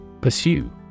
Pursue